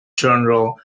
general